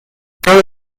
cabe